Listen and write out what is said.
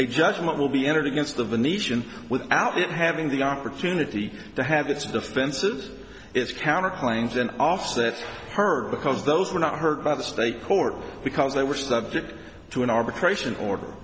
a judgment will be entered against the venetian without it having the opportunity to have its defenses its counterclaims and offsets her because those were not heard by the state court because they were subject to an